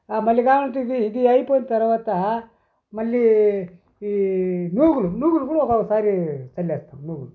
మళ్ళీ కావాలంటే ఇది ఇది అయిపోయిన తర్వాత మళ్ళీ ఈ నూగులు నూగులు కూడా ఒకొక్క సారి చల్లేస్తాము నూగులు